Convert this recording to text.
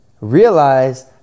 realize